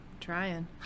trying